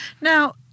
Now